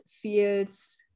feels